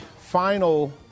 final